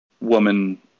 woman